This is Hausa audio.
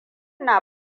na